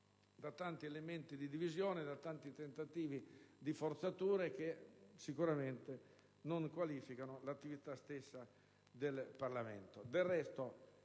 da tanti elementi di divisione e tentativi di forzatura, che sicuramente non qualificano l'attività del Parlamento.